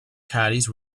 caddies